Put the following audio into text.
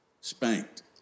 spanked